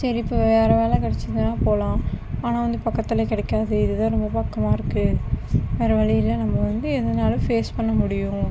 சரி இப்போ வேறு வேலை கிடச்சிதுனா போகலாம் ஆனால் வந்து பக்கத்தில் கிடைக்காது இதுதான் ரொம்ப பக்கமாக இருக்குது வேறு வழியில்லை நம்ப வந்து எதுனாலும் ஃபேஸ் பண்ண முடியும்